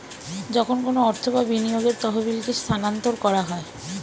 যখন কোনো অর্থ বা বিনিয়োগের তহবিলকে স্থানান্তর করা হয়